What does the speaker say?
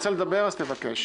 תסיים את השאלה בבקשה.